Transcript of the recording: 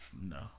No